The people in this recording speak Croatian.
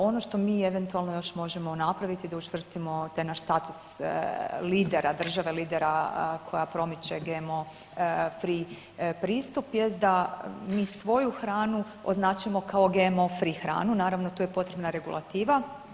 Ono što mi eventualno još možemo napraviti da učvrstimo taj naš status lidera, države lidera koja promiče GMO free pristup jest da mi svoju hranu označimo kao GMO free hranu, naravno tu je potrebna regulativa.